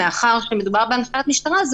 מאחר שמדובר בהנחיית משטרה,